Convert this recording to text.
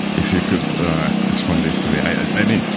if you could explain this to me. i mean,